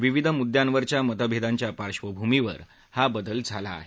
विविध मुद्यांवरच्या मतभेदांच्या पार्श्वभूमीवर हा बदल झाला आहे